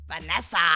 Vanessa